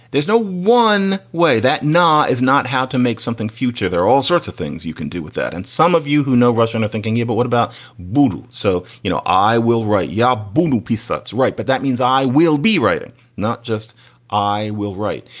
there's no one way that now is not how to make something future. there are all sorts of things you can do with that. and some of you who know russian are thinking you. but what about moodle? so, you know, i will write yabulu piece. that's right. but that means i will be writing not just i will write.